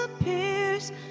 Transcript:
appears